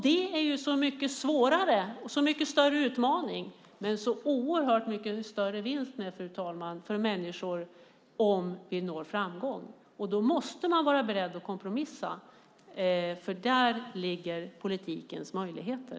Det är så mycket svårare och en så mycket större utmaning, men det är en så oerhört mycket större vinst med det om vi når framgång. Då måste vi vara beredda att kompromissa. Där ligger politikens möjligheter.